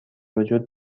وجود